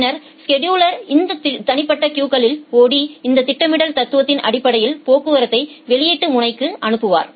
பின்னர் ஸெடுலா் இந்த தனிப்பட்ட கியூகளில் ஓடி இந்த திட்டமிடல் தத்துவத்தின் அடிப்படையில் போக்குவரத்தை வெளியீட்டு முனைக்கு அனுப்புவார்